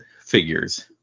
figures